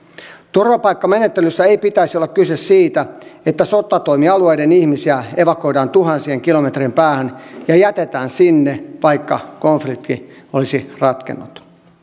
turvapaikkamenettelyssä ei pitäisi olla kyse siitä että sotatoimialueiden ihmisiä evakuoidaan tuhansien kilometrien päähän ja jätetään sinne vaikka konflikti olisi ratkennut